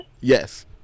Yes